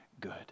good